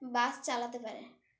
বাস চালাতে পারে